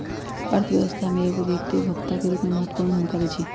अर्थव्यवस्था में एगो व्यक्ति उपभोक्ता के रूप में महत्वपूर्ण भूमिका दैइ छइ